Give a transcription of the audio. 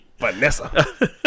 Vanessa